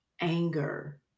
anger